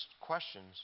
questions